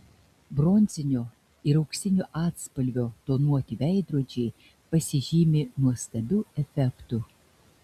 bronzinio ir auksinio atspalvio tonuoti veidrodžiai pasižymi nuostabiu efektu